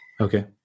Okay